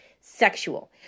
sexual